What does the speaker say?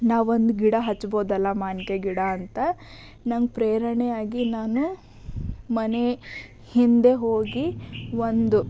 ನಾವೊಂದು ಗಿಡ ಹಚ್ಬೋದಲ್ಲ ಮಾವಿನ್ಕಾಯಿ ಗಿಡ ಅಂತ ನಂಗೆ ಪ್ರೇರಣೆ ಆಗಿ ನಾನು ಮನೆ ಹಿಂದೆ ಹೋಗಿ ಒಂದು